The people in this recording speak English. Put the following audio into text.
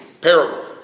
parable